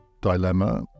dilemma